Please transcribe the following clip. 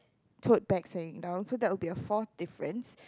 tote bags hanging down so that will be the fourth difference